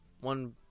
one